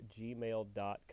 gmail.com